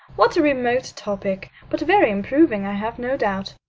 what a remote topic! but very improving, i have no doubt.